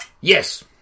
Yes